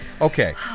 Okay